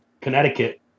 Connecticut